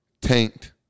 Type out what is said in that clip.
Tanked